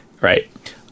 Right